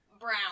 Brown